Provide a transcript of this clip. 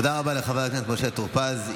תודה רבה לחבר הכנסת משה טור פז.